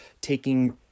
taking